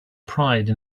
pride